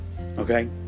Okay